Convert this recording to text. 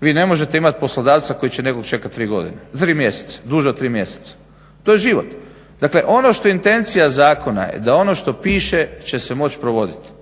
Vi ne možete imat poslodavca koji će nekog čekat duže od 3 mjeseca, to je život. Dakle ono što je intencija zakona je da ono što piše će se moći provodit.